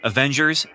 Avengers